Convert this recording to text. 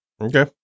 Okay